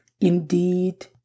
Indeed